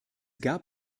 gab